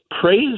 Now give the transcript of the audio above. praise